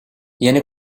yeni